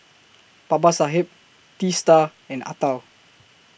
Babasaheb Teesta and Atal